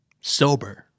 Sober